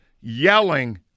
yelling